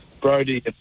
Brody